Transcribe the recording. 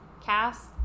cast